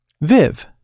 Viv